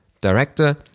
director